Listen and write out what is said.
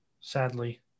Sadly